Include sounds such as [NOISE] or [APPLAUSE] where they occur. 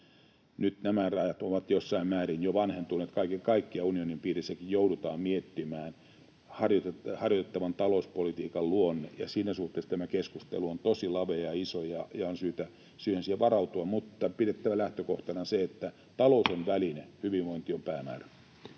Nyt nämä rajat ovat jossain määrin jo vanhentuneet. Kaiken kaikkiaan unionin piirissäkin joudutaan miettimään harjoitettavan talouspolitiikan luonne, ja siinä suhteessa tämä keskustelu on tosi lavea ja iso, ja on syytä siihen varautua, [NOISE] mutta on pidettävä lähtökohtana se, että talous on väline — hyvinvointi on päämäärä.